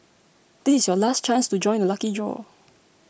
this is your last chance to join the lucky draw